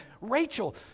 Rachel